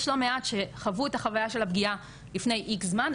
יש לא מעט שחוו את החוויה של הפגיעה לפני X זמן,